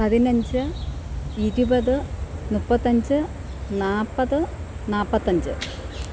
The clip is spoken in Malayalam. പതിനഞ്ച് ഇരുപത് മുപ്പത്തഞ്ച് നാൽപ്പത് നാൽപ്പത്തഞ്ച്